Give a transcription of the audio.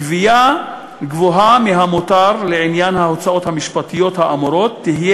גבייה גבוהה מהמותר לעניין ההוצאות המשפטיות האמורות תהיה